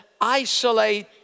Isolate